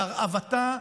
להרעבתה,